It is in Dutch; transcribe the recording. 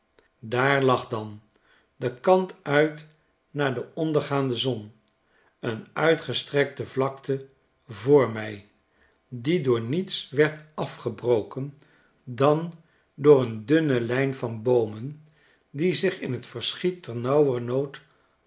daar lag dan den kant uit naar de ondergaande zon een uitgestrekte vlakte voor mij die door niets werd afgebroken dan door een dunne lijn van boomen die zich in t verschiet ternauwernood